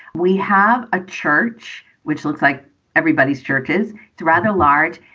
we have a church which looks like everybody's churches rather large.